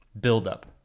buildup